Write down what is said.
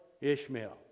Ishmael